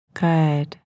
Good